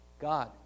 God